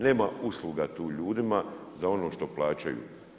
Nema usluga tu ljudima za ono što plaćaju.